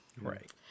right